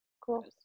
Cool